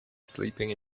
sleeping